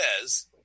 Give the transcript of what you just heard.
says